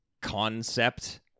concept